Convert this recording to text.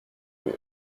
mur